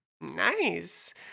Nice